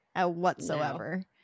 whatsoever